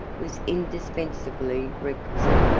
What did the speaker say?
was indispensably requisite.